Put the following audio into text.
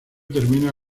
termina